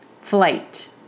flight